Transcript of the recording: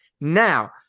Now